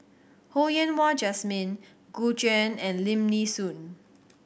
Ho Yen Wah Jesmine Gu Juan and Lim Nee Soon